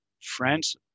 France